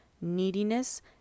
neediness